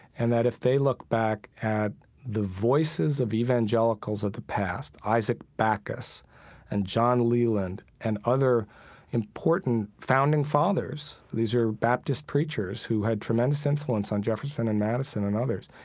and that if they look back at the voices of evangelicals of the past isaac backus and john leland and other important founding fathers. these are baptist preachers, who had tremendous influence on jefferson and madison and others.